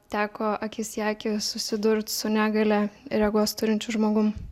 teko akis į akį susidurt su negalia regos turinčiu žmogum